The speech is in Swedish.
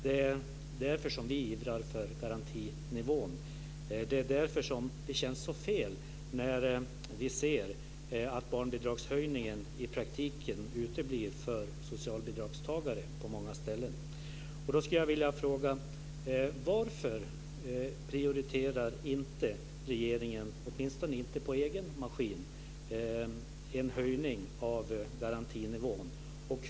Det är därför som vi ivrar för garantinivån och som det känns så fel när barnbidragshöjningen på många ställen i praktiken uteblir för socialbidragstagare. Jag skulle därför vilja fråga: Varför prioriterar inte regeringen - åtminstone inte av egen kraft - en höjning av garantinivån?